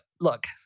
Look